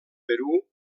perú